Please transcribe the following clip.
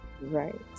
Right